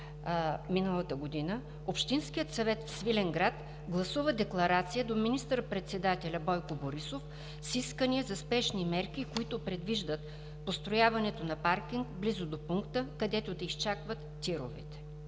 миналата година общинският съвет в Свиленград гласува декларация до министър-председателя Бойко Борисов с искания за спешни мерки, които предвиждат построяването на паркинг близо до пункта, където тировете